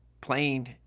playing